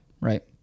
Right